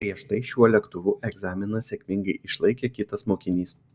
prieš tai šiuo lėktuvu egzaminą sėkmingai išlaikė kitas mokinys